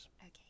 Okay